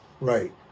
Right